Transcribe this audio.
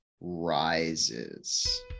rises